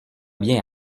bien